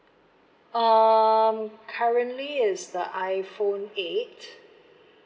um currently it's the iPhone eight